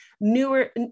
newer